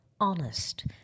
honest